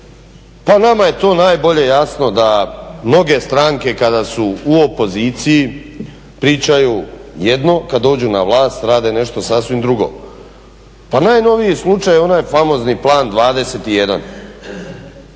Pa nama je to najbolje jasno da mnoge stranke kada su u opoziciji pričaju jedno, kad dođu na vlast rade nešto sasvim drugo. Pa najnoviji slučaj onaj famozni Plan 21